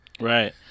right